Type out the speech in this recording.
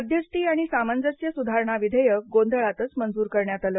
मध्यस्ती आणि सामंजस्य सुधारणा विधेयक गोंधळातच मंजूर करण्यात आलं